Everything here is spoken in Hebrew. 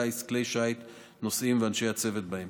מי שחתומים עליה זה מנכ"ל המשרד הקודם והשר הקודם,